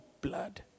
blood